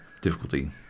difficulty